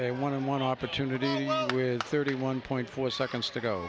a one in one opportunity with thirty one point four seconds to go